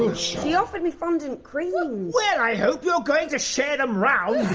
she offered me fondant creams! well i hope you're going to share them round!